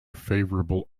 favorable